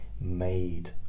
made